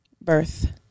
Birth